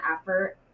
effort